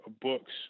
books